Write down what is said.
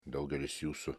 daugelis jūsų